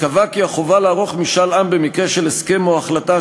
שבשנה שעברה בעצרת האו"ם העבירו החלטות